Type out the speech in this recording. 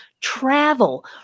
travel